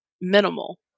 minimal